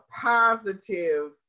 positive